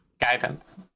guidance